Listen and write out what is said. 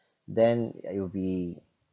then it will be